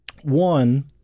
One